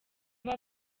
aba